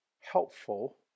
helpful